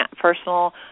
personal